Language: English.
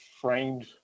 framed